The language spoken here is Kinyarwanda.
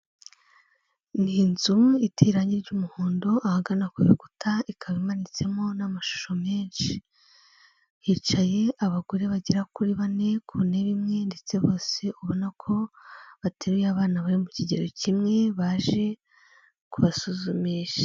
Ni inzu iterangi ry'umuhondo, ahagana ku bikuta, ikaba imanitsemo n'amashusho menshi. Hicaye abagore bagera kuri bane ku ntebe imwe ndetse bose ubona ko bateruye abana bari mu kigero kimwe, baje kubasuzumisha.